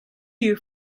you